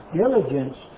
diligence